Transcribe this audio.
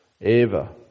Eva